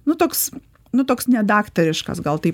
nu toks nu toks nedaktariškas gal taip